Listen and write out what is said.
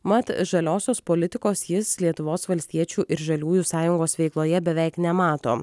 mat žaliosios politikos jis lietuvos valstiečių ir žaliųjų sąjungos veikloje beveik nemato